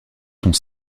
sont